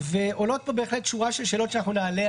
ועולות פה בהחלט שורה של שאלות שאנחנו נעלה,